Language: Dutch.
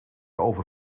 over